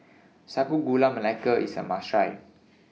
Sago Gula Melaka IS A must Try